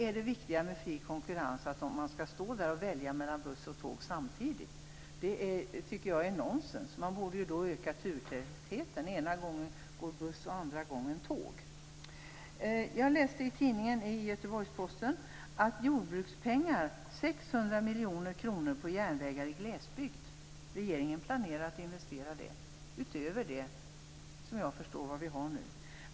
Är det resultatet av den fria konkurrensen, att man skall kunna välja mellan en buss och ett tåg som går samtidigt? Det tycker jag är nonsens. Man borde i stället öka turtätheten, så att det går omväxlande buss och tåg. Jag läste i Göteborgsposten att regeringen planerar investera 600 miljoner kronor i järnvägar i glesbygd. Som jag förstår det går den satsningen utöver det som vi satsar nu.